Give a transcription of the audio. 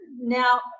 now